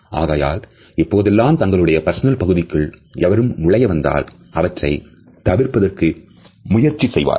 ஆகையால் எப்பொழுதெல்லாம் தங்களுடைய பர்சனல் பகுதிக்குள் எவரும் நுழைய வந்தால்அவற்றை தவிர்ப்பதற்கு முயற்சி செய்வார்கள்